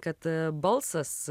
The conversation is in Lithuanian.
kad balsas